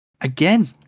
again